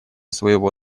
своего